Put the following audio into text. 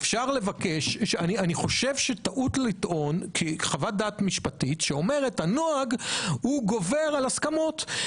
אני חושב שטעות לטעון כי חוות משפטית שאומרת הנוהג הוא גובר על הסכמות,